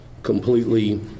Completely